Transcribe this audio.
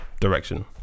direction